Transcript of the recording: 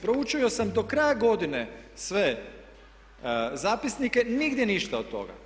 Proučio sam do kraja godine sve zapisnike, nigdje ništa od toga.